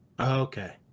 Okay